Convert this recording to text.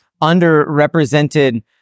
underrepresented